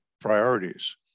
priorities